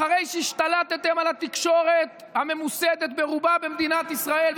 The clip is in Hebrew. אחרי שהשתלטתם על התקשורת הממוסדת ברובה במדינת ישראל.